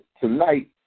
tonight